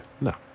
no